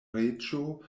reĝo